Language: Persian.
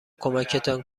کمکتان